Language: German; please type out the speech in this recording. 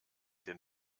den